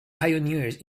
pioneers